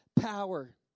power